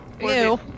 Ew